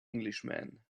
englishman